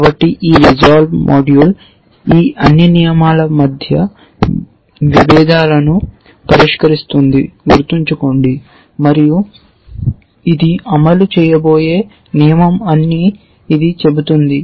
కాబట్టి ఈ RESOLVE module ఈ అన్ని నియమాల మధ్య విభేదాలను పరిష్కరిస్తుందని గుర్తుంచుకోండి మరియు ఇది అమలు చేయబోయే నియమం అని ఇది చెబుతుంది